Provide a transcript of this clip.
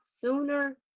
sooner